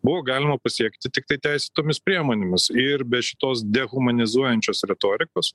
buvo galima pasiekti tiktai teisėtomis priemonėmis ir be šitos dehumanizuojančios retorikos